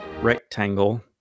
rectangle